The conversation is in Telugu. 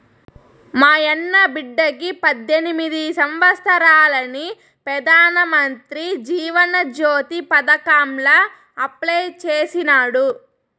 మాయన్న బిడ్డకి పద్దెనిమిది సంవత్సారాలని పెదానమంత్రి జీవన జ్యోతి పదకాంల అప్లై చేసినాడు